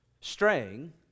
Straying